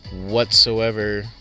whatsoever